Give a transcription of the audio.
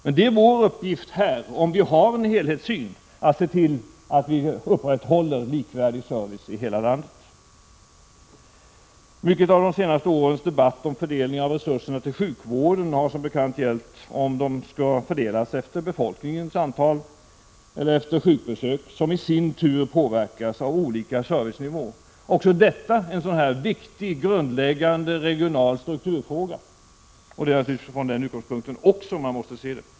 Men det är vår uppgift här — om vi har en helhetssyn — att se till att vi upprätthåller likvärdig service över hela landet. Mycket av de senaste årens debatt om fördelning av resurserna till sjukvården har som bekant gällt om de skall fördelas efter befolkningens antal eller efter sjukbesök, som i sin tur påverkas av olika servicenivå. Också detta är en viktig och grundläggande regional strukturfråga. Det är naturligtvis från den utgångspunkten som man måste se det.